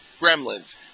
Gremlins